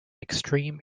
extreme